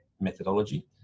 methodology